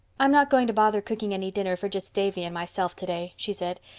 i'm not going to bother cooking any dinner for just davy and myself today, she said.